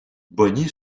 bogny